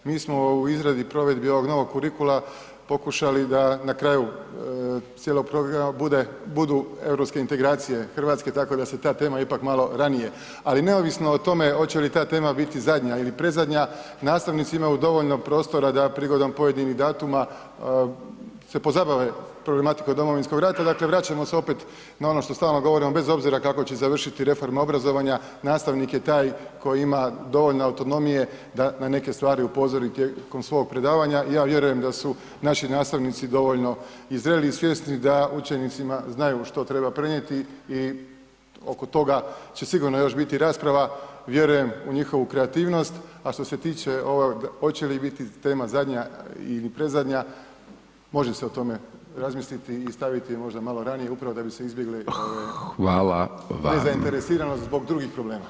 Mi smo u izradi provedbi ovog novog kurikula pokušali da na kraju cijelog programa budu Europske integracije RH, tako da se ta tema ipak malo ranije, ali neovisno o tome hoće li ta tema biti zadnja ili predzadnja, nastavnici imaju dovoljno prostora da prigodom pojedinih datuma se pozabave problematikom Domovinskog rata, dakle, vraćamo se opet na ono što stalo govorimo, bez obzira kako će završiti reforma obrazovanja, nastavnik je taj koji ima dovoljno autonomije da na neke stvari upozori tijekom svog predavanja, ja vjerujem da su naši nastavnici dovoljno i zreli i svjesni da učenicima znaju što treba prenijeti i oko toga će sigurno biti još rasprava, vjerujem u njihovu kreativnost, a što se tiče ovog hoće li biti tema zadnja ili predzadnja, može se o tome razmisliti i staviti možda malo ranije upravo da bi se izbjegli [[Upadica: Hvala]] nezainteresiranost zbog drugih problema.